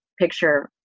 picture